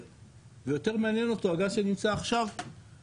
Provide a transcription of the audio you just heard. ויותר מעניין אותו הגז שנמצא בירושלים,